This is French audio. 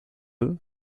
eux